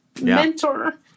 mentor